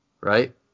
right